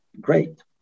great